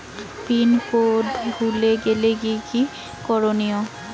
Pin code ভুলে গেলে কি কি করনিয়?